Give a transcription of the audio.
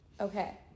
Okay